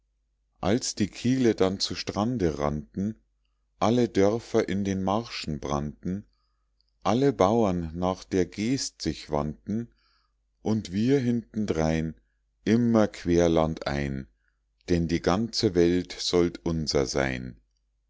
als die kiele dann zu strande rannten alle dörfer in den marschen brannten alle bauern nach der geest sich wandten und wir hinterdrein immer querlandein denn die ganze welt sollt unser sein